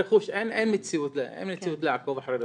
רכוש, אין מציאות לעקוב אחרי רכוש.